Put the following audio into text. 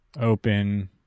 open